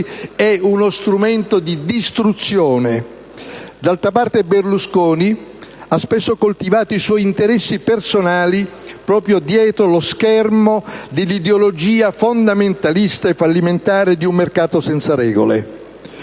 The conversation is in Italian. è uno strumento di distruzione. D'altra parte, Berlusconi ha spesso coltivato i suoi interessi personali proprio dietro lo schermo dell'ideologia fondamentalista e fallimentare di un mercato senza regole.